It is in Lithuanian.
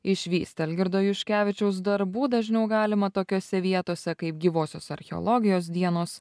išvysti algirdo juškevičiaus darbų dažniau galima tokiose vietose kaip gyvosios archeologijos dienos